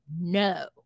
no